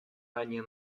ранее